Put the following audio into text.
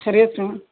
خیریت سے ہیں